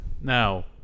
Now